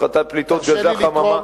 הפחתת פליטות גזי החממה,